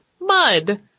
mud